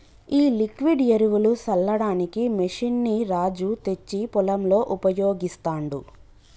ఈ లిక్విడ్ ఎరువులు సల్లడానికి మెషిన్ ని రాజు తెచ్చి పొలంలో ఉపయోగిస్తాండు